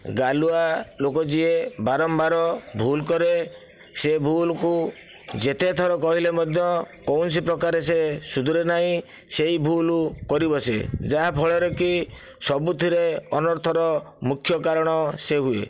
ଗାଲୁଆ ଲୋକ ଯିଏ ବାରମ୍ବାର ଭୂଲ କରେ ସେ ଭୂଲକୁ ଯେତେ ଥର କହିଲେ ମଧ୍ୟ କୌଣସି ପ୍ରକାରେ ସେ ସୁଧୁରେ ନାହିଁ ସେହି ଭୂଲ କରିବ ସେ ଯାହା ଫଳରେ କି ସବୁଥିରେ ଅନର୍ଥର ମୁଖ୍ୟ କାରଣ ସେ ହୁଏ